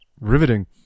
riveting